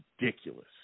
ridiculous